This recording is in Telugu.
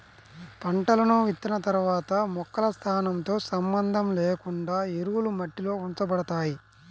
పంటలను విత్తిన తర్వాత మొక్కల స్థానంతో సంబంధం లేకుండా ఎరువులు మట్టిలో ఉంచబడతాయి